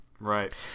Right